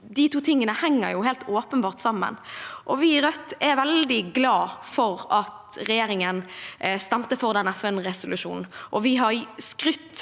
De to tingene henger helt åpenbart sammen. Vi i Rødt er veldig glade for at regjeringen stemte for FN-resolusjonen,